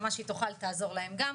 במה שהיא תוכל תעזור להם גם.